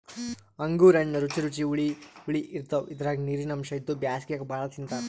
ಅಂಗೂರ್ ಹಣ್ಣ್ ರುಚಿ ರುಚಿ ಹುಳಿ ಹುಳಿ ಇರ್ತವ್ ಇದ್ರಾಗ್ ನೀರಿನ್ ಅಂಶ್ ಇದ್ದು ಬ್ಯಾಸ್ಗ್ಯಾಗ್ ಭಾಳ್ ತಿಂತಾರ್